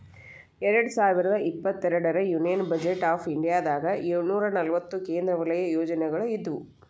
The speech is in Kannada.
ಎರಡ್ ಸಾವಿರದ ಇಪ್ಪತ್ತೆರಡರ ಯೂನಿಯನ್ ಬಜೆಟ್ ಆಫ್ ಇಂಡಿಯಾದಾಗ ಏಳುನೂರ ನಲವತ್ತ ಕೇಂದ್ರ ವಲಯ ಯೋಜನೆಗಳ ಇದ್ವು